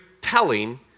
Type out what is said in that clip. telling